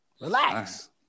Relax